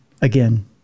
again